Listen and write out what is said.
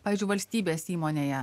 pavyzdžiui valstybės įmonėje